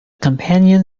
companion